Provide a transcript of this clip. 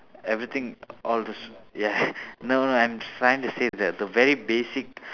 everything all these ya no no I'm trying to say that the very basic